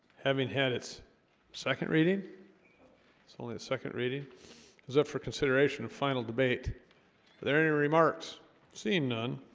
having had its second reading it's only a second reading is up for consideration of final debate there any remarks seeing none